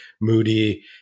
Moody